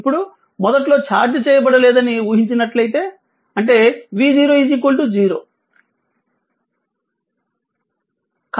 ఇప్పుడు మొదట్లో ఛార్జ్ చేయబడలేదని ఊహించినట్లయితే అంటే v0 0